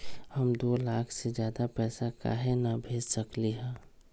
हम दो लाख से ज्यादा पैसा काहे न भेज सकली ह?